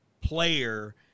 player